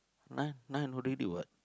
nine nine already what